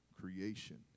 creation